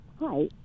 hi